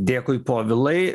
dėkui povilai